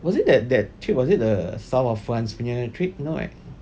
was it that that trip was it the south of france trip no right